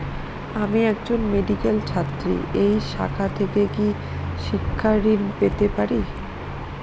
আমি একজন মেডিক্যাল ছাত্রী এই শাখা থেকে কি শিক্ষাঋণ পেতে পারি?